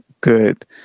good